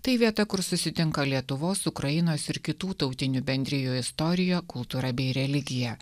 tai vieta kur susitinka lietuvos ukrainos ir kitų tautinių bendrijų istorija kultūra bei religija